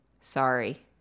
Sorry